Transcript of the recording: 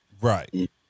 Right